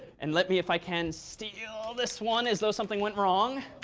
and let me if i can steal this one as though something went wrong.